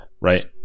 right